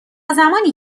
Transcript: زمانی